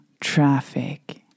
traffic